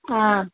ஆ